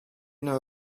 know